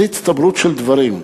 זה הצטברות של דברים.